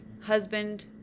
husband